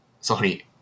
Sorry